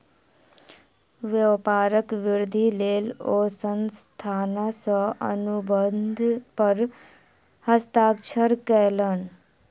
व्यापारक वृद्धिक लेल ओ संस्थान सॅ अनुबंध पर हस्ताक्षर कयलैन